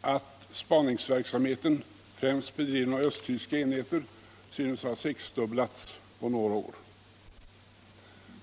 att spaningsverksamheten, främst bedriven av östtyska enheter, synes ha sexdubblats på några år.